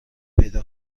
پیدا